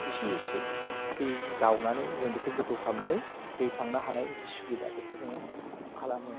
एसे एसे जि जावनानै जों बेखौ गोथौ खालामनानै दै थानो हानाय जि सुबिदा बेखौ जोङो खालामो